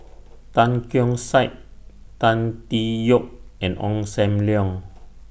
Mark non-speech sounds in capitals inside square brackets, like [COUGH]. [NOISE] Tan Keong Saik Tan Tee Yoke and Ong SAM Leong